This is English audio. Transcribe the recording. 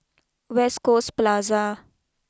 West Coast Plaza